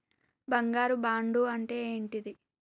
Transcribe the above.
బంగారు బాండు అంటే ఏంటిది?